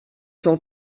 cent